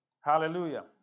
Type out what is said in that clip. Hallelujah